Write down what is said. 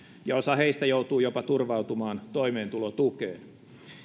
ja osa heistä joutuu jopa turvautumaan toimeentulotukeen